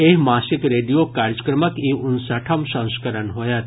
एहि मासिक रेडियो कार्यक्रमक ई उनसठम् संस्करण होयत